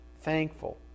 thankful